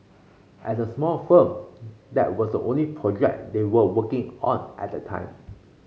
as a small firm that was the only project they were working on at the time